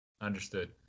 understood